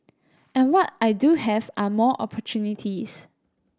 and what I do have are more opportunities